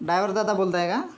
driver दादा बोलताय का